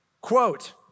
quote